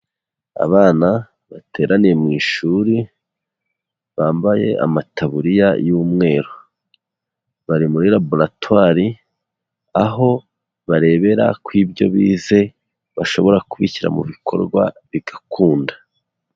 Abana bateraniye mu ishuri, bambaye amataburiya y'umweru, bari muri laboratwari, aho barebera ko ibyo bize bashobora kubishyira mu bikorwa bigakunda.